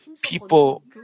People